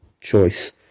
choice